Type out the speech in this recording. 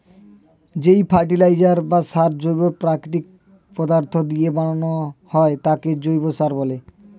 যেই ফার্টিলাইজার বা সার জৈব প্রাকৃতিক পদার্থ দিয়ে বানানো হয় তাকে জৈব সার বলে